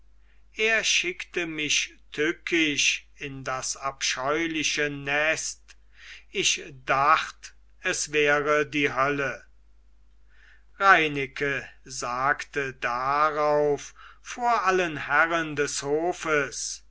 er schickte mich tückisch in das abscheuliche nest ich dacht es wäre die hölle reineke sagte darauf vor allen herren des hofes